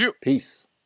Peace